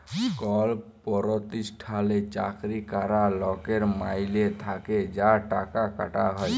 call পরতিষ্ঠালে চাকরি ক্যরা লকের মাইলে থ্যাকে যা টাকা কাটা হ্যয়